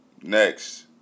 Next